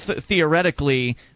theoretically